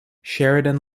sheridan